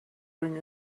ring